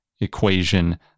equation